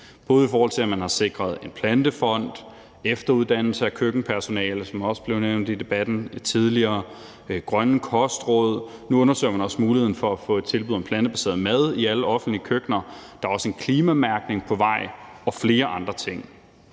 både i forhold til at sikre en plantefond, efteruddannelse af køkkenpersonale, som også tidligere blev nævnt i debatten, og grønne kostråd, og nu undersøger man også muligheden for at få et tilbud om plantebaseret mad i alle offentlige køkkener. Der er også en klimamærkning på vej – og flere andre ting.